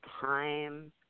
time